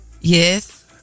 Yes